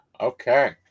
Okay